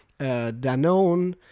Danone